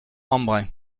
embrun